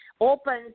opens